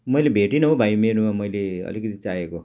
मैले भेटिनँ हौ भाइ मेनुमा मैले अलिकति चाहेको